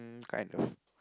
um kind of